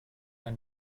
ein